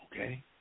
okay